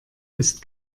ist